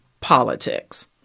politics